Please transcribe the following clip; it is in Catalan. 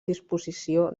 disposició